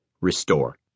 restore